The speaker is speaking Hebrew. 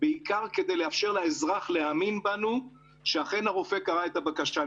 בעיקר כדי לאפשר לאזרח להאמין בנו שאכן הרופא קרא את הבקשה.